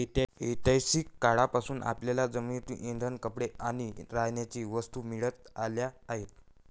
ऐतिहासिक काळापासून आपल्याला जमिनीतून इंधन, कपडे आणि राहण्याच्या वस्तू मिळत आल्या आहेत